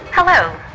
Hello